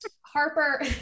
harper